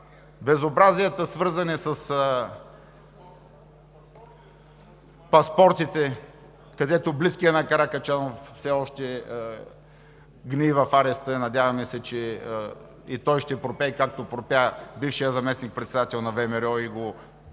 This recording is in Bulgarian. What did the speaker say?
Безобразията, свързани с паспортите – близкият на Каракачанов все още гние в ареста. Надяваме се, че и той ще пропее, както пропя бившият заместник-председател на ВМРО и